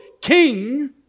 king